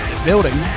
building